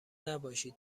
نباشید